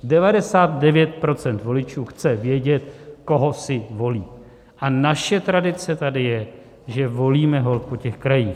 99 % voličů chce vědět, koho si volí, a naše tradice tady je, že volíme holt po těch krajích.